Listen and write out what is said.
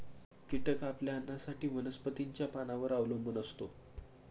कीटक आपल्या अन्नासाठी वनस्पतींच्या पानांवर अवलंबून असतो